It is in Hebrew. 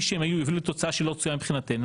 שהם היו הביאו לתוצאה שהיא לא רצויה מבחינתנו,